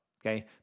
okay